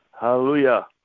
Hallelujah